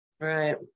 right